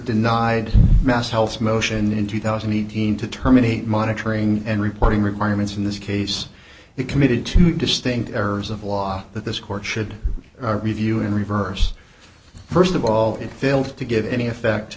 denied mass health motion in two thousand and eighteen to terminate monitoring and reporting requirements in this case he committed two distinct errors of law that this court should review and reverse st of all it failed to give any effect